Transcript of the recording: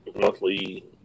monthly